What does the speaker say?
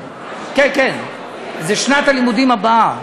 2018. כן כן, זה שנת הלימודים הבאה.